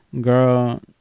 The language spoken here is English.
girl